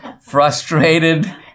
frustrated